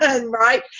right